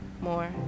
more